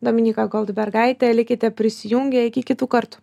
dominyka goldbergaitė likite prisijungę iki kitų kartų